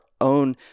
own